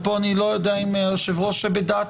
ופה אני לא יודע אם היושב-ראש בדעתי,